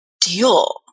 deal